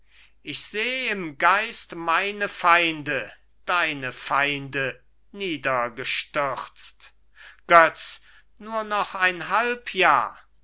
ich seh im geist meine feinde deine feinde niedergestürzt götz nur noch ein halb jahr